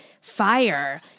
fire